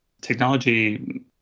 technology